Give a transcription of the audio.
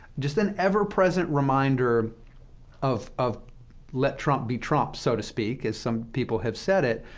just an ever-present reminder of of let trump be trump, so to speak, as some people have said it.